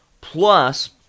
Plus